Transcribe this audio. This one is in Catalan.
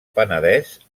penedès